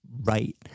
Right